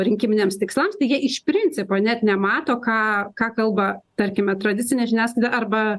rinkiminiams tikslams tai jie iš principo net nemato ką ką kalba tarkime tradicinė žiniasklaidą arba